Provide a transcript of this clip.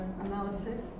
analysis